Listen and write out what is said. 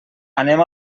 anem